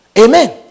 amen